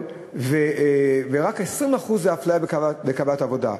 ורק 20% אפליה בקבלת עבודה.